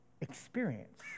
experience